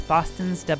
Boston's